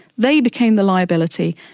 they became the liability.